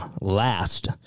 last